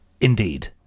Indeed